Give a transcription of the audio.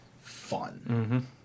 fun